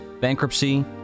bankruptcy